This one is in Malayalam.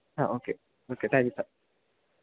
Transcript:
ആ okay okay thank you sir